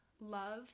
love